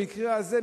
במקרה הזה,